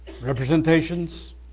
representations